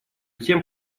тем